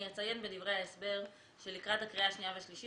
אני אציין בדברי ההסבר שלקראת הקריאה השנייה והשלישית